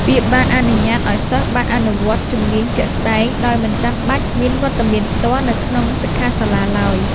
វាបានអនុញ្ញាតឱ្យសិស្សបានអនុវត្តជំនាញជាក់ស្តែងដោយមិនចាំបាច់មានវត្តមានផ្ទាល់នៅក្នុងសិក្ខាសាលាឡើយ។